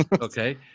Okay